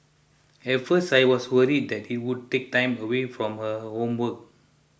at first I was worried that it would take time away from her homework